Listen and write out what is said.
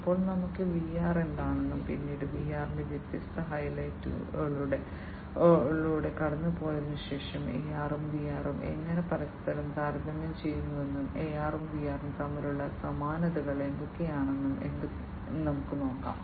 ഇപ്പോൾ നമുക്ക് VR എന്താണെന്നും പിന്നീട് VR ന്റെ വ്യത്യസ്ത ഹൈലൈറ്റുകളിലൂടെ കടന്നുപോയതിനുശേഷം AR ഉം VR ഉം എങ്ങനെ പരസ്പരം താരതമ്യം ചെയ്യുന്നുവെന്നും AR ഉം VR ഉം തമ്മിലുള്ള സമാനതകൾ എന്തൊക്കെയാണെന്നും എന്തൊക്കെയാണെന്നും നമുക്ക് നോക്കാം